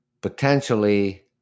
potentially